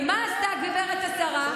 ומה עשתה הגברת השרה?